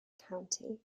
county